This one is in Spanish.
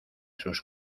sus